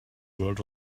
world